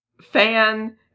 fan